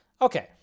Okay